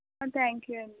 thank you అండి